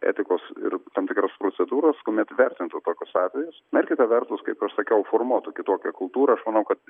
etikos ir tam tikros procedūros kuomet vertintų tokius atvejus na ir kita vertus kaip sakiau formuotų kitokią kultūrą aš manau kad